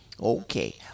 Okay